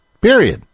Period